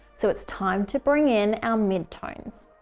so it's time to bring in our mid tones.